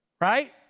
right